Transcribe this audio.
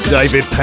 David